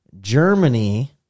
Germany